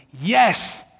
Yes